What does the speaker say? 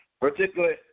particularly